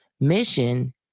mission